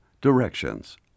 Directions